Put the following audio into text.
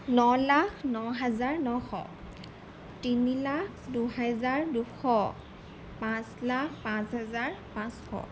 ন লাখ ন হাজাৰ নশ তিনি লাখ দুহেজাৰ দুশ পাঁচ লাখ পাঁচ হাজাৰ পাঁচশ